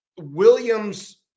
Williams